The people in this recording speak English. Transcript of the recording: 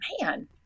man